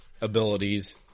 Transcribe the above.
abilities